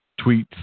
tweets